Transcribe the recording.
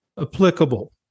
applicable